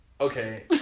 Okay